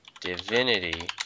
Divinity